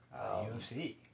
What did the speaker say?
UFC